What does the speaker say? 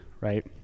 right